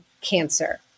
cancer